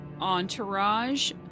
entourage